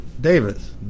Davis